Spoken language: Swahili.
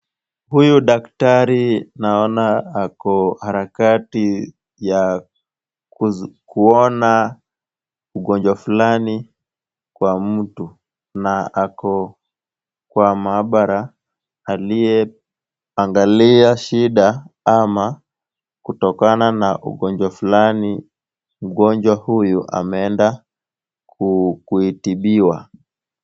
Huyu daktari naona ako harakati ya kuona mgonjwa fulani kwa mtu na ako kwa maabara aliyeangalia shida ama kutokana na ugonjwa fulani. Mgonjwa huyu ameenda kutibiwa.